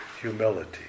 humility